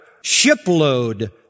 shipload